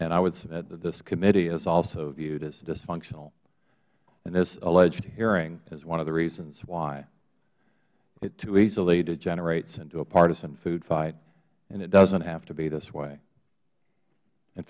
and i would submit that this committee is also viewed as dysfunctional and this alleged hearing is one of the reasons why it too easily degenerates into a partisan food fight and it doesn't have to be this way in